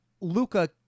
Luca